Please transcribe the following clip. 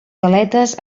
galetes